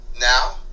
Now